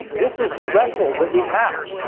this is the wrestle that we have